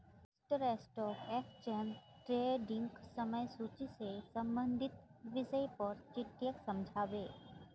master stock exchange ट्रेडिंगक समय सूची से संबंधित विषय पर चट्टीयाक समझा बे